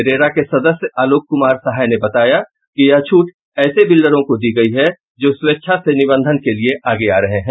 RERA के सदस्य आलोक कुमार सहाय ने बताया कि यह छूट ऐसे बिल्डरों को दी गयी है जो स्वेच्छा से निबंधन के लिए आगे आ रहे हैं